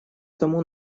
тому